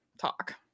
talk